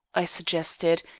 i suggested,